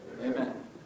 Amen